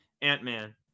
Ant-Man